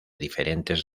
diferentes